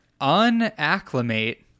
unacclimate